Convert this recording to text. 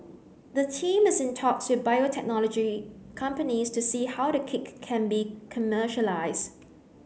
the team is in talks with biotechnology companies to see how the kit can be commercialised